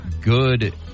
good